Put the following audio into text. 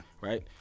Right